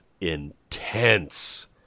intense